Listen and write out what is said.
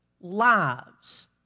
lives